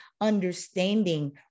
understanding